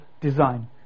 design